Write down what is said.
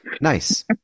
Nice